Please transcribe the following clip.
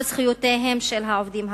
על זכויותיהם של העובדים הזרים,